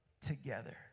together